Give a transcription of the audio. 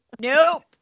Nope